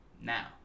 now